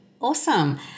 Awesome